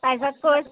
তাৰ পিছত কৈ